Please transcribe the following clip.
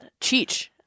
Cheech